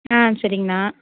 ஆ சரிங்கண்ணா